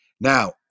Now